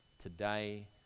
Today